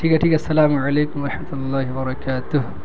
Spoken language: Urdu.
ٹھیک ہے ٹھیک ہے السلام علیکم و رحمت اللہ و برکاتہ